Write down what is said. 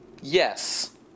Yes